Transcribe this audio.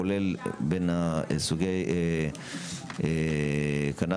כולל בין סוגי הקנבוס,